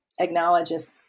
acknowledges